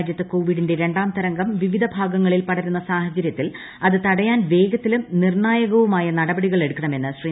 രാജ്യത്ത് കോവിഡിന്റെ രണ്ടാം തരംഗം വിവിധ ഭാഗങ്ങളിൽ പടരുന്ന സാഹചര്യത്തിൽ അത് തടയാൻ വേഗത്തിലും നിർണ്ണായകവുമായ നടപടികൾ എടുക്കണമെന്ന് ശ്രീ